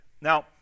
Now